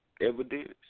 evidence